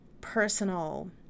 personal